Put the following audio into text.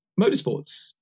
motorsports